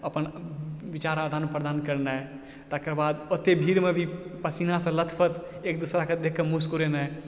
अपन विचार आदान प्रदान करनाइ तकरबाद ओते भीड़मे भी पसीनासँ लतपथ एक दूसराके देखकऽ मुस्कुरेनाइ